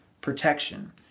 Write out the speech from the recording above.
protection